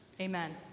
Amen